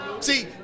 See